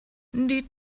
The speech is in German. die